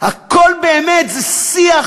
הכול באמת זה שיח